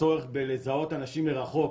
הצורך בלזהות אנשים מרחוק